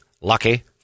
Lucky